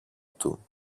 του